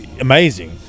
amazing